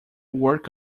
work